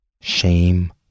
shame